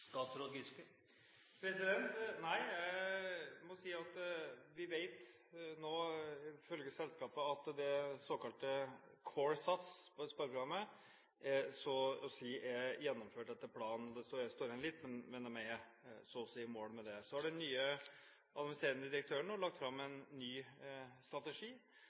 Nei. Vi vet, ifølge selskapet, at spareprogrammet Core SAS så å si er gjennomført etter planen. Det står igjen litt, men de er så å si i mål med det. Så har den nye administrerende direktøren nå lagt fram en ny strategi